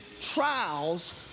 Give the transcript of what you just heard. trials